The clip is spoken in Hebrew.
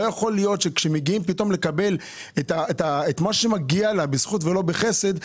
לא יכול להיות שכאשר מגיעים לקבל את מה שמגיע לה בזכות ולא בחסד,